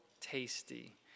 tasty